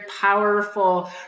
powerful